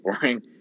boring